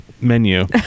menu